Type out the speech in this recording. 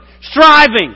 Striving